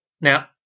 Now